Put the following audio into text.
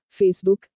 Facebook